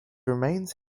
remains